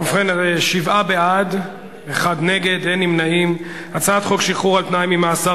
להעביר את הצעת חוק שחרור על-תנאי ממאסר